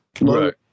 right